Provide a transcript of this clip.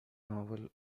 novel